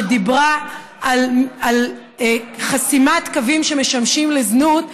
שדיברה על חסימת קווים שמשמשים לזנות,